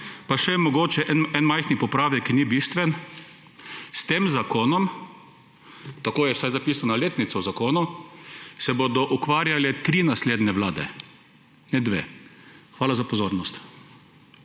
Pa mogoče še en majhen popravek, ki ni bistven. S tem zakonom, tako je vsaj zapisana letnica v zakonu, se bodo ukvarjale tri naslednje vlade, ne dve. Hvala za pozornost.